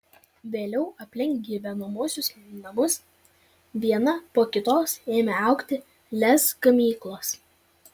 vėliau aplink gyvenamuosius namus viena po kitos ėmė augti lez gamyklos